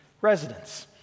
residents